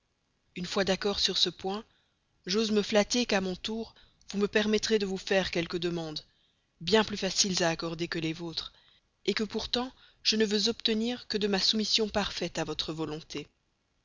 une fois d'accord sur ce point j'ose me flatter qu'à mon tour vous me permettrez de vous faire quelques demandes bien plus faciles à accorder que les vôtres que pourtant je ne veux obtenir que de ma soumission parfaite à votre volonté